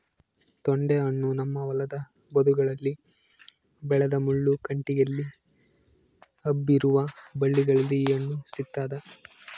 ತೊಂಡೆಹಣ್ಣು ನಮ್ಮ ಹೊಲದ ಬದುಗಳಲ್ಲಿ ಬೆಳೆದ ಮುಳ್ಳು ಕಂಟಿಯಲ್ಲಿ ಹಬ್ಬಿರುವ ಬಳ್ಳಿಯಲ್ಲಿ ಈ ಹಣ್ಣು ಸಿಗ್ತಾದ